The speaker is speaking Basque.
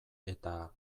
eta